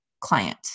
client